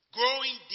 growing